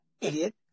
Idiot